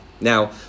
Now